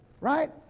Right